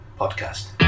podcast